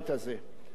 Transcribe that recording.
יום השואה,